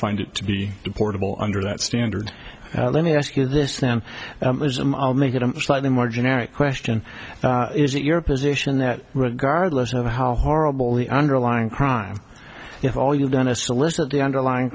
find it to be portable under that standard let me ask you this then make it a slightly more generic question is it your position that regardless of how horrible the underlying crime if all you've done a solicitor the underlyin